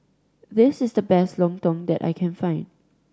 this is the best lontong that I can find